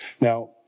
Now